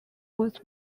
was